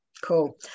Cool